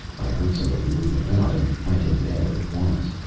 i heard somebody moving about, and went in there at once,